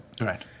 Right